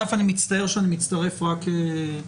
אני מצטער שאני מצטרף רק עכשיו